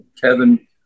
Kevin